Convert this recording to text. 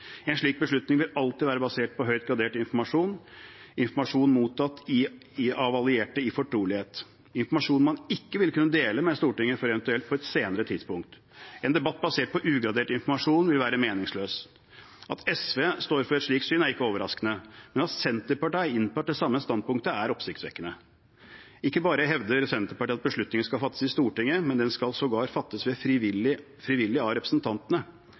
En slik beslutning vil alltid være basert på høyt gradert informasjon – informasjon mottatt av allierte i fortrolighet, informasjon man ikke vil kunne dele med Stortinget før eventuelt på et senere tidspunkt. En debatt basert på ugradert informasjon vil være meningsløs. At SV står for et slikt syn, er ikke overraskende, men at Senterpartiet har inntatt det samme standpunktet, er oppsiktsvekkende. Ikke bare hevder Senterpartiet at beslutningen skal fattes i Stortinget, men den skal sågar fattes ved fristilling av representantene.